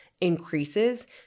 increases